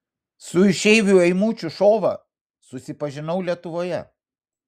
su išeiviu eimučiu šova susipažinau lietuvoje